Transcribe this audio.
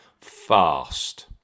fast